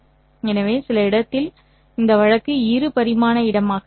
எனவே சில இடத்தில் இந்த வழக்கு இரு பரிமாண இடமாக இருந்தது